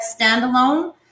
standalone